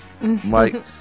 Mike